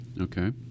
Okay